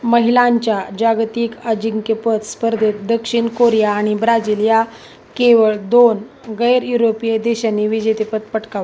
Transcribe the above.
महिलांच्या जागतिक अजिंक्यपद स्पर्धेत दक्षिण कोरिया आणि ब्राजील या केवळ दोन गैर युरोपीय देशांनी विजेतेपद पटकाव